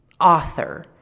author